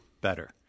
better